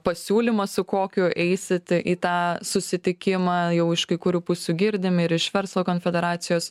pasiūlymą su kokiu eisit į tą susitikimą jau iš kai kurių pusių girdim ir iš verslo konfederacijos